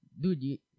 dude